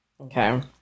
Okay